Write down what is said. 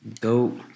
dope